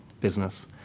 business